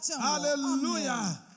Hallelujah. (